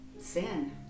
sin